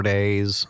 Days